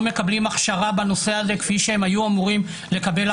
מקבלים הכשרה בנושא הזה כפי שהם היו אמורים לקבל,